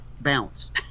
bounce